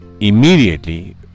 immediately